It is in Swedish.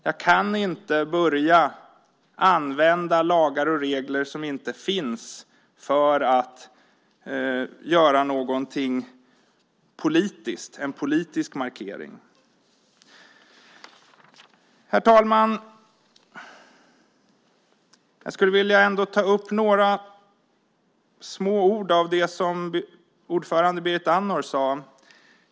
Jag kan inte börja använda lagar och regler som inte finns för att göra någonting politiskt, en politisk markering. Herr talman! Jag skulle ändå vilja ta upp något lite av det som ordföranden Berit Andnor sade.